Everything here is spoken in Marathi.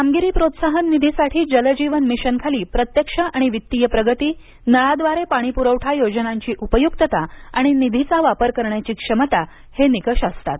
कामगिरी प्रोत्साहन निधीसाठी जल जीवन मिशनखाली प्रत्यक्ष आणि वित्तीय प्रगती नळाद्वारे पाणी पुरवठा योजनांची उपयुक्तता आणि निधीचा वापर करण्याची क्षमता हे निकष असतात